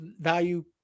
value